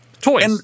Toys